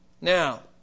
Now